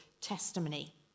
testimony